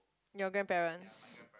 your grandparents